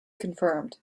confirmed